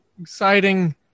exciting